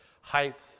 height